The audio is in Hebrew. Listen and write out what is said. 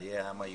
בחיי העם היהודי.